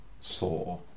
saw